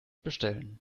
bestellen